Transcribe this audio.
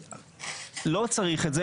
לא צריך את זה,